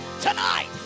tonight